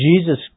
Jesus